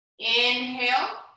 Inhale